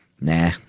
Nah